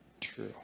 true